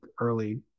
early